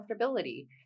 comfortability